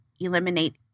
Eliminate